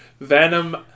Venom